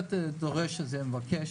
בהחלט דורש, מבקש,